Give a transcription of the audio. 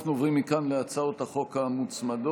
אנחנו עוברים מכאן להצעות החוק המוצמדות.